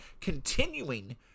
continuing